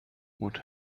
what